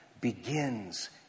begins